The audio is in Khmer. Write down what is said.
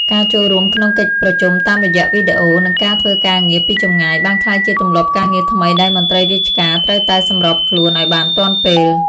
ការចូលរួមក្នុងកិច្ចប្រជុំតាមរយៈវីដេអូ និងការធ្វើការងារពីចម្ងាយ បានក្លាយជាទម្លាប់ការងារថ្មីដែលមន្ត្រីរាជការត្រូវតែសម្របខ្លួនឱ្យបានទាន់ពេល។